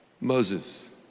Moses